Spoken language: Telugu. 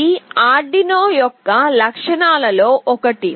ఇది ఆర్డునో యొక్క లక్షణాలలో ఒకటి